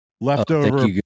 leftover